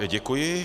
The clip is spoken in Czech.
Děkuji.